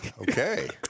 Okay